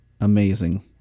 Amazing